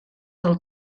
del